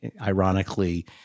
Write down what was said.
ironically